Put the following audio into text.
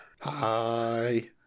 hi